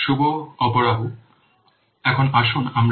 project estimation techniques অবিরত শুভ অপরাহ্ন